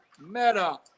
Meta